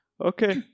Okay